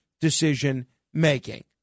decision-making